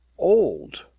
old!